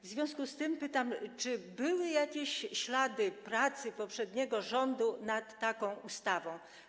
W związku z tym pytam: Czy były jakieś ślady pracy poprzedniego rządu nad taką ustawą?